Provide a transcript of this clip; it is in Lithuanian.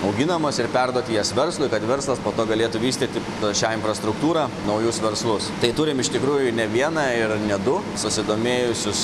auginamos ir perduoti jas verslui kad verslas po to galėtų vystyti šią infrastruktūrą naujus verslus tai turim iš tikrųjų ne vieną ir ne du susidomėjusius